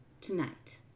Tonight